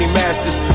masters